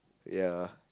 ya